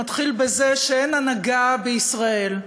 מתחיל בזה שאין הנהגה בישראל.